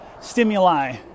stimuli